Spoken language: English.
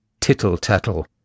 tittle-tattle